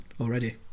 already